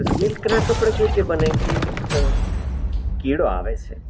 સિલ્કના કપડા કેવી રીતે બને કે એક કીડો આવે છે